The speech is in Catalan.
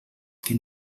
que